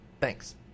Thanks